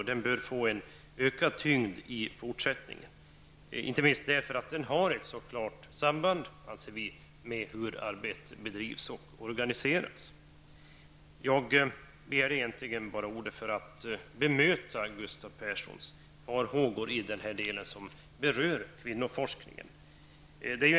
Detta faktum bör få ökad tyngd i fortsättningen, inte minst på grund av att det har ett så klart samband med hur arbetet bedrivs och organiseras. Jag begärde ordet för att bemöta Gustav Perssons farhågor i den del som berör kvinnoforskningen.